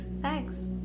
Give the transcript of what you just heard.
Thanks